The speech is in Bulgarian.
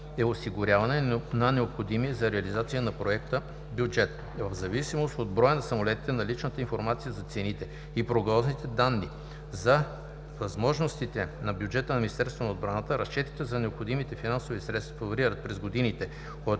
е осигуряване на необходимия за реализация на проекта бюджет. В зависимост от броя на самолетите наличната информация за цените и прогнозните данни за възможностите на бюджета на Министерството на отбраната, разчетите за необходимите финансови средства варират през годините